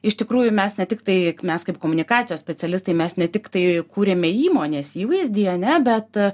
iš tikrųjų mes ne tiktai mes kaip komunikacijos specialistai mes ne tiktai kuriame įmonės įvaizdį ane bet